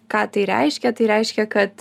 ką tai reiškia tai reiškia kad